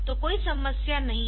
तो कोई समस्या नहीं है